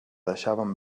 deixaven